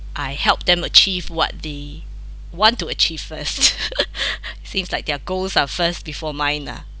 I help them achieve what they want to achieve first seems like their goals are first before mine lah